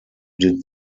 did